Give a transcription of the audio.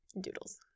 Doodles